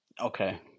Okay